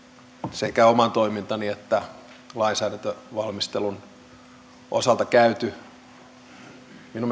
sekä oman toimintani että lainsäädäntövalmistelun osalta käyty minun